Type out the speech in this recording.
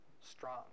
strong